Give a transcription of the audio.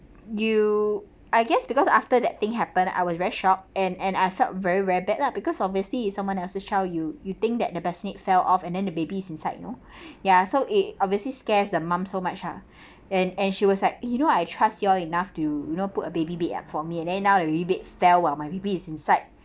you I guess because after that thing happen I was very shocked and and I felt very very bad lah because obviously it's someone else's child you you think that the bassinet fell off and then the babies inside you know ya so it obviously scares the mum so much ah and and she was like you know I trust you all enough to you know put a baby bed ah for me and then now the baby bed fell while my baby is inside